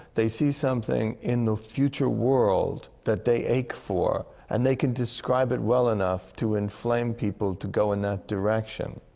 they see something in the future world that they ache for. and they can describe it well enough to inflame people to go in that direction.